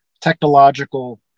technological